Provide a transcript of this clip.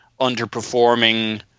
underperforming